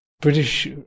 British